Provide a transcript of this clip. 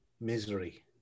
Misery